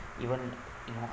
even you know